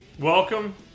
Welcome